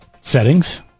Settings